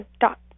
dot